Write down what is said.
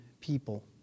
people